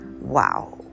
wow